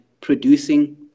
producing